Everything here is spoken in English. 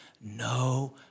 no